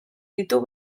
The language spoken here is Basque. ditu